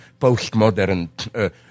postmodern